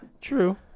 True